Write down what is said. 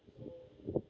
mm